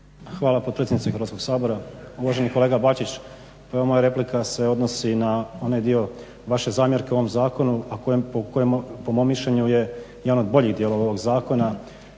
Hvala potpredsjednice Hrvatskog sabora. Uvaženi kolega Bačić ova moja replika se odnosi na onaj dio vaše zamjerke ovom zakonu a koja po mom mišljenju je jedan od boljih dijelova ovog zakona.